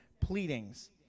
pleadings